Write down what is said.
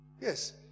Yes